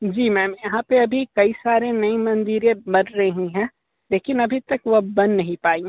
जी ma'am यहाँ परअभी कई सारे नई मंदिर बन रहे हैं लेकिन अभी तक वह बन नहीं पाई हैं